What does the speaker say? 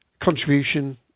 contribution